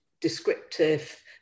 descriptive